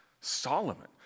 Solomon